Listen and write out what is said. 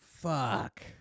Fuck